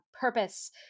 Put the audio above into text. purpose